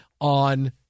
on